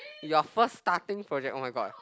your first starting project oh-my-god